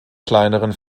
kleineren